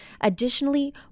Additionally